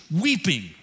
weeping